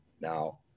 Now